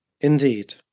Indeed